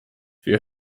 wir